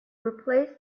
replace